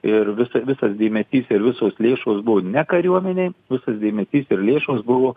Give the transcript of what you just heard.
ir visa visas dėmesys ir visos lėšos buvo ne kariuomenei visas dėmesys ir lėšos buvo